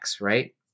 right